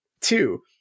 Two